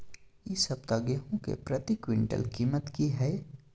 इ सप्ताह गेहूं के प्रति क्विंटल कीमत की हय?